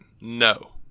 no